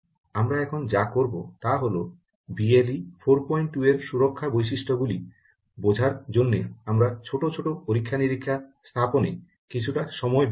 আমরা এখন যা করব তা হল বিএলই 42 এর সুরক্ষা বৈশিষ্ট্যগুলি বোঝার জন্য আমরা ছোট্ট ছোট্ট পরীক্ষা নিরীক্ষা স্থাপনে কিছুটা সময় ব্যয় করব